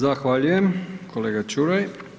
Zahvaljujem kolega Čuraj.